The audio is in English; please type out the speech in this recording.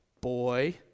Boy